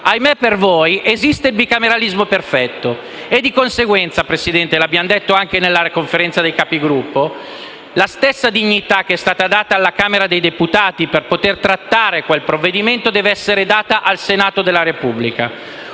- esiste ancora il bicameralismo perfetto e di conseguenza, come abbiamo detto anche nella Conferenza dei Capigruppo, la stessa dignità che è stata data alla Camera dei deputati per poter trattare quel provvedimento deve essere data al Senato del Repubblica: